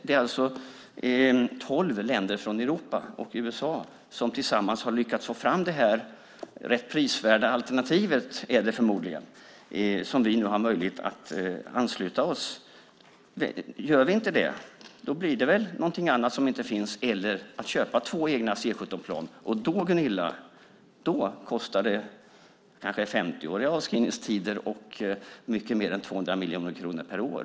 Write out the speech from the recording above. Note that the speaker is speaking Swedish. Det är alltså tolv länder från Europa och USA som tillsammans har lyckats få fram det här förmodligen rätt prisvärda alternativet som vi nu har möjlighet att ansluta oss till. Gör vi inte det blir det väl någonting annat som inte finns eller att köpa två egna C 17-plan. Och då, Gunilla, kostar det kanske 50 år i avskrivningstid och mycket mer än 200 miljoner kronor per år.